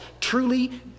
truly